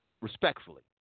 respectfully